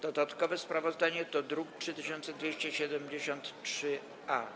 Dodatkowe sprawozdanie to druk nr 3273-A.